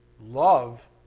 love